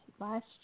Last